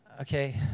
Okay